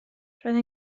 roedd